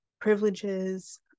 privileges